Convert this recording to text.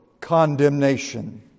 condemnation